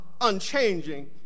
unchanging